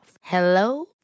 Hello